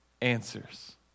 answers